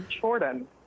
Jordan